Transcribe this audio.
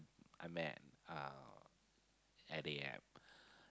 I met um at the app